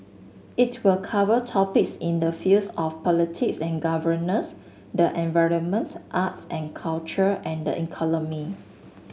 it will cover topics in the fields of politics and governance the environment arts and culture and the